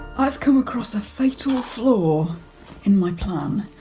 i've come across a fatal flaw in my plan.